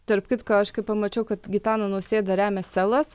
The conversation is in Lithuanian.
tarp kitko aš kiai pamačiau kad gitaną nausėdą remia selas